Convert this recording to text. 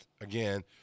again